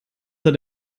hat